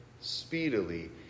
Speedily